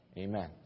Amen